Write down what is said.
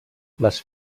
les